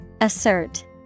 Assert